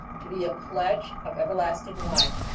to be a pledge of everlasting life.